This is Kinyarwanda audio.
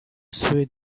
suède